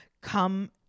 come